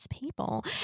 People